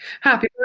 Happy